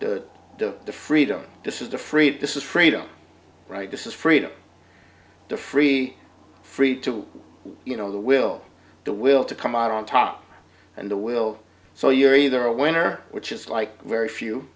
the the the freedom this is the free this is freedom right this is freedom to free free to you know the will the will to come out on top and the will so you're either a winner which is like very few